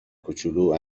کوچولو